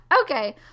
okay